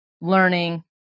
learning